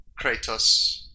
Kratos